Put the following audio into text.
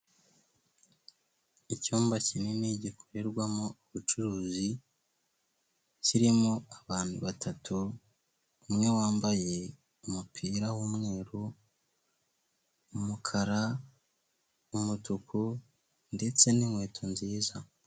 Icyumba kinini gikorerwamo ubucuruzi kirimo abantu batatu, umwe wambaye umupira w'umweru, umukara, umutuku ndetse n'inkweto nziza.